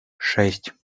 шесть